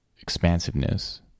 expansiveness